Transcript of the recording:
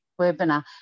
webinar